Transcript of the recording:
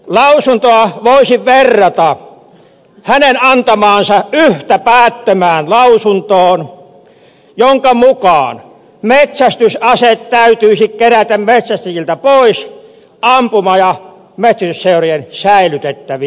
lausuntoa voisi verrata hänen antamaansa yhtä päättömään lausuntoon jonka mukaan metsästysaseet täytyisi kerätä metsästäjiltä pois ampuma ja metsästysseurojen säilytettäviksi